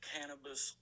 Cannabis